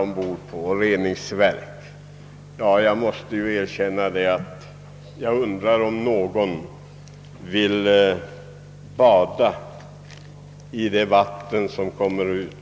om behovet av reningsverk från denna vill jag säga att jag undrar, om någon skulle vilja bada i det vatten som »renat» släpps ut